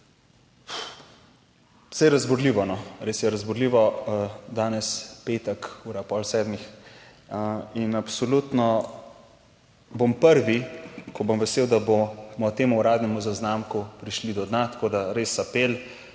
Saj je razburljivo, no, res je razburljivo, danes, petek, ura ob pol sedmih in absolutno bom prvi, ko bom vesel, da bomo temu uradnemu zaznamku prišli do dna, tako da res apel,